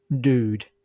dude